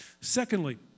Secondly